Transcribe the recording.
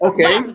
Okay